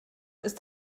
ist